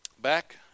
back